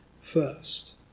first